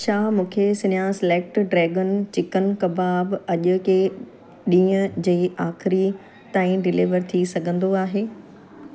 छा मूंखे Sneha select dragon chicken kebab अॼु के ॾींह जे आख़िरी ताईं डिलीवर थी सघंदो आहे